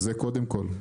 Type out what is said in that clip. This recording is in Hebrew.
זה קודם כל.